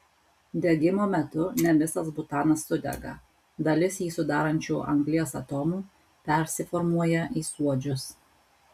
degimo metu ne visas butanas sudega dalis jį sudarančių anglies atomų persiformuoja į suodžius